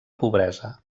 pobresa